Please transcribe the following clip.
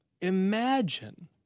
Imagine